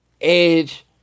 Edge